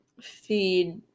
feed